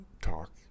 talk